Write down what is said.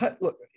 look